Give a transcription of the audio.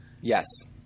Yes